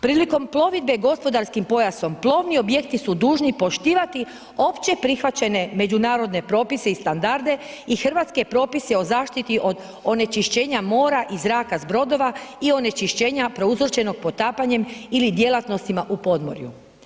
Prilikom plovidbe gospodarskim pojasom, plovni objekti su dužni poštivati opće prihvaćene međunarodne propise i standarde i hrvatske propise o zaštiti od onečišćenja mora i zraka s brodova i onečišćenja prouzročenog potapanjem ili djelatnostima u podmorju.